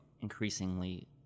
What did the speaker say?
increasingly